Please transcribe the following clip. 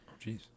jeez